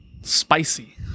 Spicy